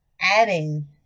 adding